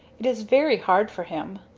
it is very hard for him.